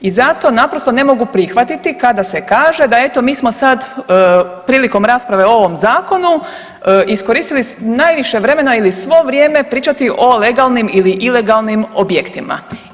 I zato naprosto ne mogu prihvatiti kada se kaže da eto mi sad prilikom rasprave o ovom zakonu iskoristiti najviše vremena ili svo vrijeme pričati o legalnim ili ilegalnim objektima.